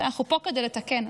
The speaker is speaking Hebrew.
אנחנו פה כדי לתקן.